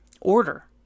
order